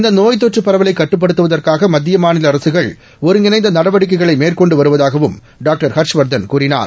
இந்த நோய் தொற்று பரவலை கட்டுப்படுத்துதற்காக மத்திய மாநில அரசுகள் ஒருங்கிணைந்த நடவடிக்கைகளை மேற்கொண்டு வருவதாகவும் டாக்டர் ஹர்ஷவாதன் கூறினார்